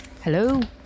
Hello